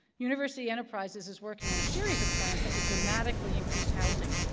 university enterprises is working on a series of plans that would dramatically increase housing,